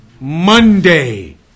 Monday